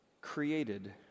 created